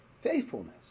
faithfulness